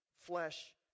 Flesh